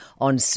on